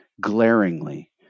glaringly